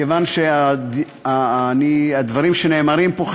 כיוון שהדברים שנאמרים פה,